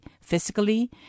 physically